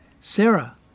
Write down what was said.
Sarah